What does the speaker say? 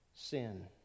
sin